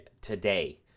today